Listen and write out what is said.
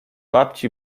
babci